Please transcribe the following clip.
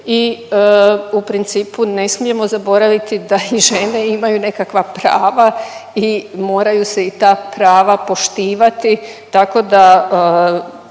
i u principu ne smijemo zaboraviti da i žene imaju nekakva prava i moraju se i ta prava poštivati,